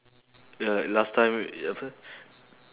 ya like last time apa